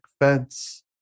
fence